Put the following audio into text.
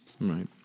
Right